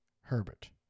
Herbert